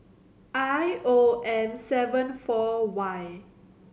I O M seven four Y